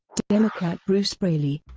democrat bruce braley.